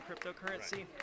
cryptocurrency